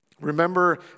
Remember